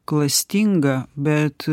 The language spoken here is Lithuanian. klastinga bet